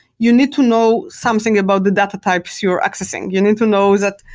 you need to know something about the data types you're accessing. you need to know that,